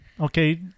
okay